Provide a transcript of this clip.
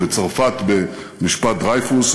או בצרפת במשפט דרייפוס,